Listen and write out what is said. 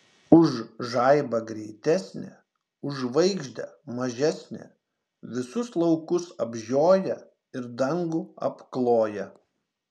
už žaibą greitesnė už žvaigždę mažesnė visus laukus apžioja ir dangų apkloja